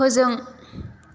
फोजों